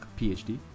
PhD